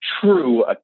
true